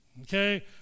Okay